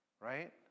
right